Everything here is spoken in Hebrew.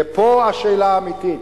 כי פה השאלה האמיתית.